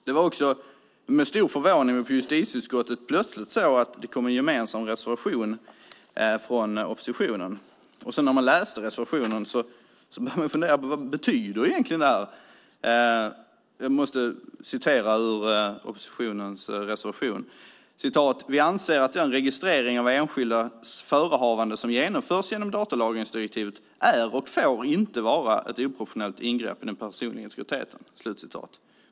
Det var med förvåning vi på justitieutskottet plötsligt såg att det kom en gemensam reservation från oppositionen. När man läste reservationen började man fundera på vad det som står där egentligen betyder. Jag citerar ur oppositionens reservation: "Vi anser att den registrering av enskildas förehavanden som genomförs genom datalagringsdirektivet är och får inte vara ett oproportionerligt ingrepp i den personliga integriteten."